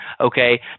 okay